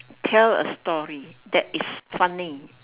tell a story that is funny